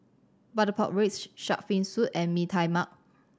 butter pork ribs Shark's Fin Soup and Mee Tai Mak